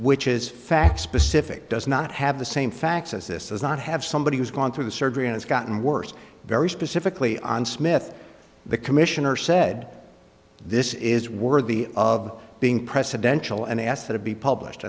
which is fact specific does not have the same facts as this does not have somebody who's gone through the surgery and it's gotten worse very specifically on smith the commissioner said this is worthy of being presidential and asked that it be published